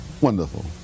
wonderful